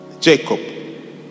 Jacob